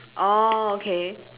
okay